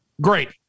Great